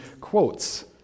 quotes